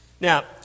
Now